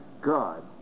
God